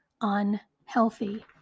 unhealthy